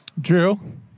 Drew